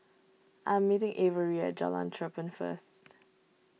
I am meeting Averi at Jalan Cherpen first